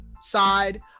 side